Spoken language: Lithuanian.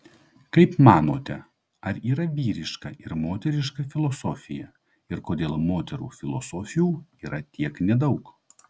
kaip manote ar yra vyriška ir moteriška filosofija ir kodėl moterų filosofių yra tiek nedaug